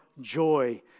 joy